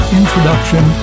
introduction